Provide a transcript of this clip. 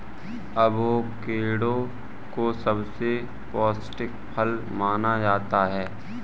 avocado को सबसे पौष्टिक फल माना जाता है